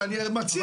אני מציע.